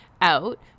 out